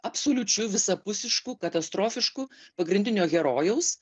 absoliučiu visapusišku katastrofišku pagrindinio herojaus